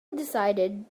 decided